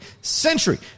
century